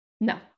No